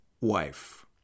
wife